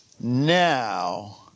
now